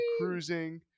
cruising